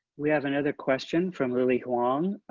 we have another question from lily wang.